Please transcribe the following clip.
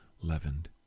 leavened